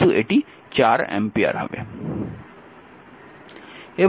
কিন্তু এটি 4 অ্যাম্পিয়ার হবে